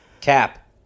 Cap